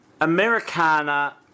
Americana